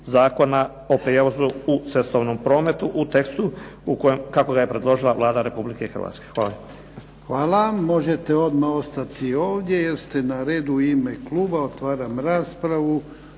Zakona o prijevozu u cestovnom prometu u tekstu kako ga je predložila Vlada Republike Hrvatske. Hvala. **Jarnjak, Ivan (HDZ)** Hvala. Možete odmah ostati ovdje, jer ste na redu u ime kluba. Otvaram raspravu.